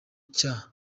cya